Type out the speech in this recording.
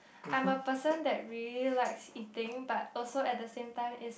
I'm a person that really likes eating but also at the same time is